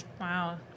Wow